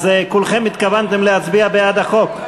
כולכם התכוונתם להצביע בעד החוק,